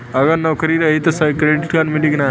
अगर नौकरीन रही त क्रेडिट कार्ड मिली कि ना?